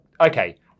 Okay